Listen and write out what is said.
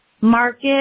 market